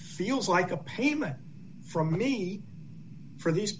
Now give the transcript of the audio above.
feels like a payment from me for these